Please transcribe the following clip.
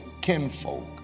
kinfolk